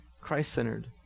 christ-centered